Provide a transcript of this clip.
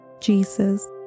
Jesus